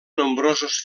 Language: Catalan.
nombrosos